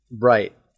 Right